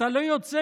אתה לא יוצא